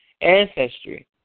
ancestry